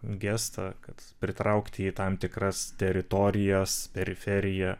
gestą kad pritraukti į tam tikras teritorijas periferiją